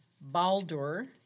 Baldur